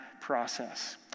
process